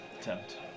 attempt